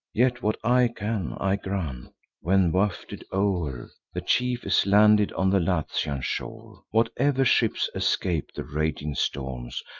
yet, what i can, i grant when, wafted o'er, the chief is landed on the latian shore, whatever ships escape the raging storms,